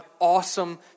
awesome